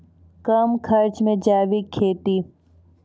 कम खर्च मे जैविक खेती?